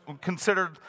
considered